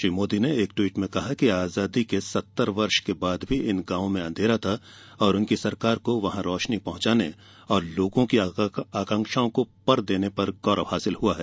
श्री मोदी ने एक ट्वीट में कहा कि आजादी के सत्तर वर्ष के बाद भी इन गांवों में अंधेरा था और उनकी सरकार को वहां रोशनी पहंचाने और लोगों की आकांक्षाओं को पर देने का गौरव हासिल हुआ है